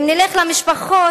אם נלך למשפחות,